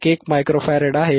1 micro farad 0